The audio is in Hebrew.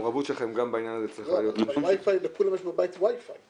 המעורבות שלכם גם בעניין הזה צריכה להיות -- לכולם יש בבית וייפיי.